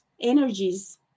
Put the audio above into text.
energies